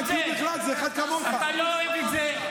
אתה לא אוהב את זה?